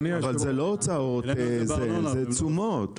אבל אלה לא הוצאות; אלה תשומות.